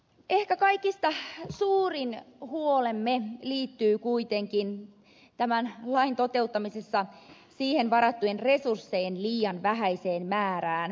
ehkä kaikista suurin huolemme liittyy kuitenkin tämän lain toteuttamisessa siihen varattujen resurssien liian vähäiseen määrään